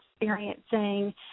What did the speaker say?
experiencing